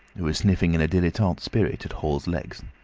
who was sniffing in a dilettante spirit at hall's legs.